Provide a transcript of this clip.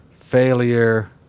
failure